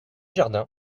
jardin